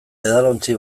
edalontzi